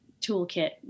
toolkit